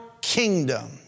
kingdom